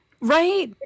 Right